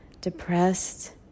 depressed